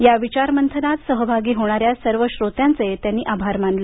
या विचारमंथनात सहभागी होणाऱ्या सर्व श्रोत्यांचे त्यांनी आभार मानले